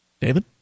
David